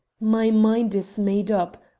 my mind is made up.